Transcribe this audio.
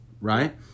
Right